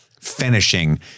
finishing